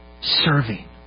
Serving